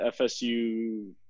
FSU –